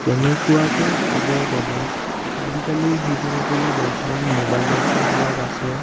তেনেকুৱাকে ক'ব গ'লে আজিকালিৰ শিশুসকলে বৰ্তমান ম'বাইলত এইবিলাক আছে